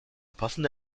passende